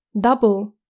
DOUBLE